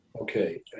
Okay